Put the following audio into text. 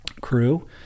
crew